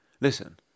Listen